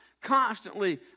constantly